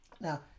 now